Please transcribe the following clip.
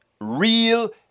Real